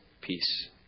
peace